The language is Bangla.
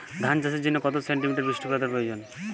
ধান চাষের জন্য কত সেন্টিমিটার বৃষ্টিপাতের প্রয়োজন?